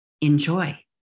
Enjoy